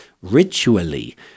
ritually